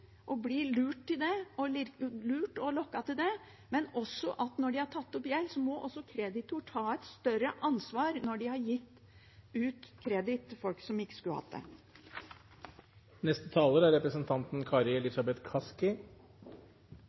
blir lurt og lokket til det. Men når de har tatt opp gjeld, må også kreditor ta et større ansvar når de har gitt kreditt til folk som ikke skulle hatt det.